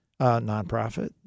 nonprofit